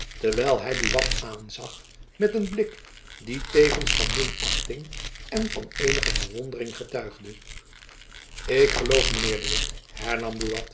terwijl hy buat aanzag met een blik die tevens van minachting en van eenige verwondering getuigde ik geloof mijn heer de witt